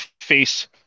face